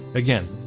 again,